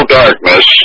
darkness